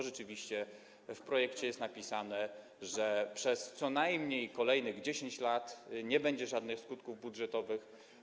Rzeczywiście w projekcie jest napisane, że przez co najmniej 10 kolejnych lat nie będzie żadnych skutków budżetowych.